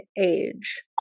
Age